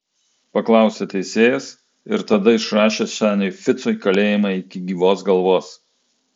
paklausė teisėjas ir tada išrašė seniui ficui kalėjimą iki gyvos galvos